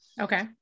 Okay